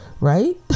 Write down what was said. Right